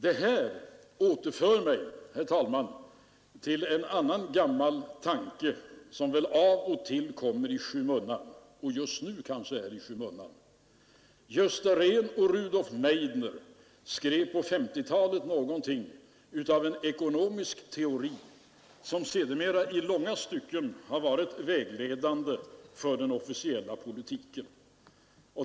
Detta återför mig, herr talman, till en annan gammal tanke som väl av och till kommer i skymundan — och just nu kanske är i skymundan. Gösta Rehn och Rudolf Meidner skrev på 1950-talet något av en ekonomisk teori, som sedermera i långa stycken har varit vägledande för den officiella politiken.